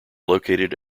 located